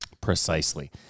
precisely